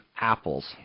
apples